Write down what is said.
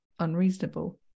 unreasonable